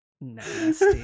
nasty